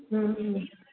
اۭں